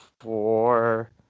four